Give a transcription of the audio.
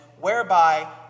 whereby